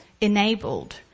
enabled